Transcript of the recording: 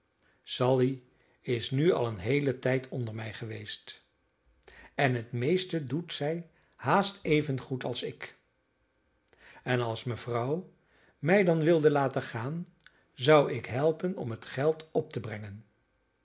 sally is nu al een heelen tijd onder mij geweest en het meeste doet zij haast evengoed als ik en als mevrouw mij dan wilde laten gaan zou ik helpen om het geld op te brengen